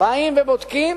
באים ובודקים